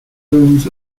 tombs